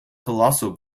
colossal